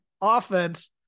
offense